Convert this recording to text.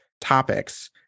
topics